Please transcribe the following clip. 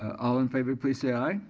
all in favor, please say i.